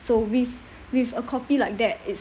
so with with a copy like that its